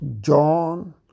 John